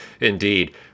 Indeed